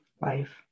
life